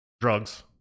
drugs